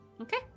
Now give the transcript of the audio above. Okay